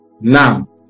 now